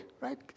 right